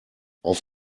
auf